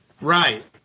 Right